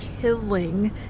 killing